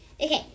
Okay